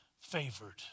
favored